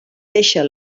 deixa